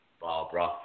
Barbara